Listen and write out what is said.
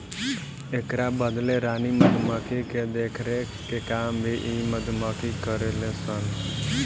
एकरा बदले रानी मधुमक्खी के देखरेख के काम भी इ मधुमक्खी करेले सन